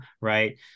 right